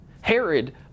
Herod